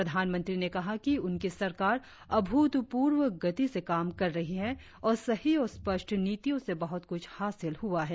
प्रधानमंत्री ने कहा कि उनकी सरकार अभूतपूर्व गति से काम कर रही है और सही और स्पष्ट नीतियों से बहुत कुछ हासिल हुआ है